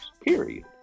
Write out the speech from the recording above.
period